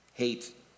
hate